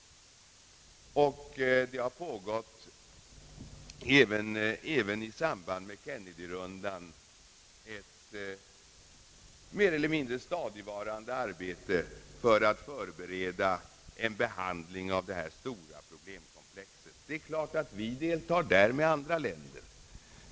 Och det har pågått även i samband med Kennedy-rundan ett mer eller mindre stadigvarande arbete för att förbereda en behandling av detta stora problemkomplex. Det är klart att vi deltar där med andra länder.